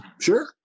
sure